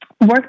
work